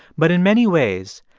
but in many ways,